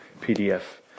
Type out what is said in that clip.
PDF